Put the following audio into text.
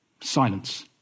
Silence